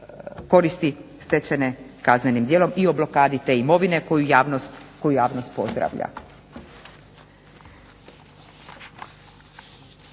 koristi stečene kaznenim djelom i o blokadi te imovine koju javnost pozdravlja.